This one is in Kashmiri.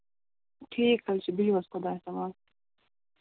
ٹھیٖک حظ چھُ بِہِو حظ خدایَس حَوال